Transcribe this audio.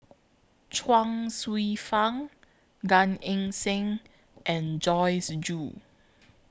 Chuang Hsueh Fang Gan Eng Seng and Joyce Jue